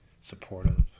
supportive